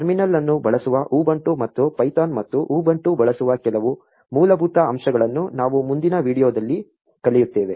terminal ಅನ್ನು ಬಳಸುವ Ubuntu ಮತ್ತು ಪೈಥಾನ್ ಮತ್ತು ಉಬುಂಟು ಬಳಸುವ ಕೆಲವು ಮೂಲಭೂತ ಅಂಶಗಳನ್ನು ನಾವು ಮುಂದಿನ ವೀಡಿಯೊದಲ್ಲಿ ಕಲಿಯುತ್ತೇವೆ